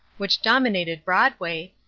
which dominated broadway,